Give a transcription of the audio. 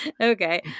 Okay